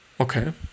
Okay